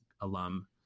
alum